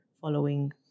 following